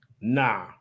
Nah